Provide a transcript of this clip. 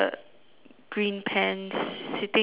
green pants sitting in the